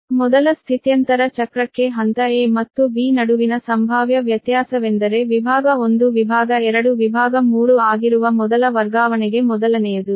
ಆದ್ದರಿಂದ ಮೊದಲ ಸ್ಥಿತ್ಯಂತರ ಚಕ್ರಕ್ಕೆ ಹಂತ a ಮತ್ತು b ನಡುವಿನ ಸಂಭಾವ್ಯ ವ್ಯತ್ಯಾಸವೆಂದರೆ ವಿಭಾಗ 1 ವಿಭಾಗ 2 ವಿಭಾಗ 3 ಆಗಿರುವ ಮೊದಲ ವರ್ಗಾವಣೆಗೆ ಮೊದಲನೆಯದು